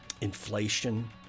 inflation